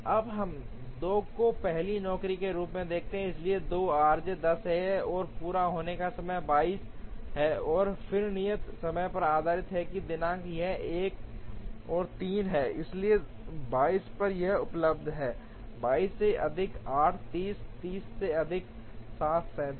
अब हम 2 को पहली नौकरी के रूप में देखते हैं इसलिए 2 आरजे 10 है पूरा होने का समय 22 है और फिर नियत समय पर आधारित है दिनांक यह 1 और 3 है इसलिए 22 पर यह उपलब्ध है 22 से अधिक 8 30 30 से अधिक 7 37